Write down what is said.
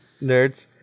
nerds